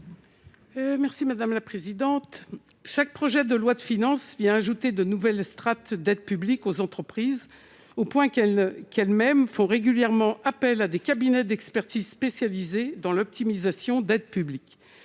Merci madame la présidente, chaque projet de loi de finances vient ajouter de nouvelles strates d'aides publiques aux entreprises, au point qu'elle qui elles-mêmes font régulièrement appel à des cabinets d'expertise, spécialisé dans l'optimisation d'aides publiques